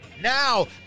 Now